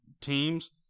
teams